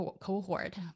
cohort